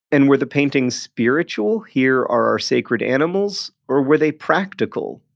and were the paintings spiritual? here are our sacred animals? or were they practical?